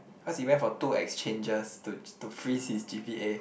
cause he went for two exchanges to to freeze his g_p_a